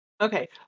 Okay